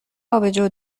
آبجو